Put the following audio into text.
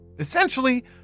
essentially